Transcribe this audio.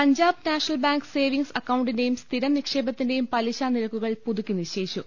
Punjab National Bank savings അക്കൌണ്ടിന്റെയും സ്ഥിരം നിക്ഷേപത്തിന്റെയും പലിശ നിരക്കുകൾ പുതുക്കി നിശ്ചയിച്ചു